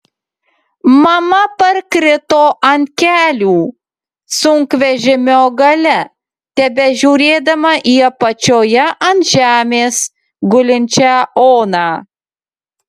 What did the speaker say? mama parkrito ant kelių sunkvežimio gale tebežiūrėdama į apačioje ant žemės gulinčią oną